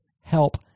help